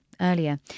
earlier